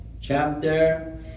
Chapter